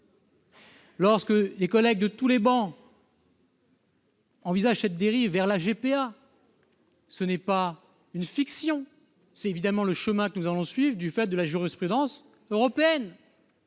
Lorsque nos collègues sur toutes les travées craignent une dérive vers la GPA, ce n'est pas une fiction, c'est évidemment le chemin que nous allons suivre, du fait de la jurisprudence européenne